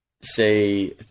say